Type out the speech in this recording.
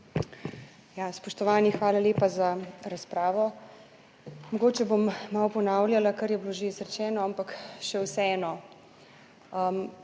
spoštovani, hvala lepa za razpravo. Mogoče bom malo ponavljala, kar je bilo že izrečeno, ampak še vseeno.